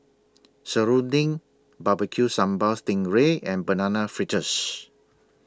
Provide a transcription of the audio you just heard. Serunding Barbecue Sambal Sting Ray and Banana Fritters